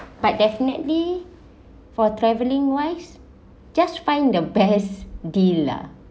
but definitely for traveling wise just find the best deal lah